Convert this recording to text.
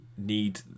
Need